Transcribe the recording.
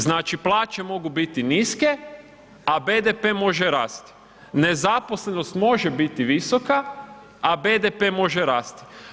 Znači plaće mogu biti niske, a BDP može rasti, nezaposlenost može biti visoka, a BDP može rasti.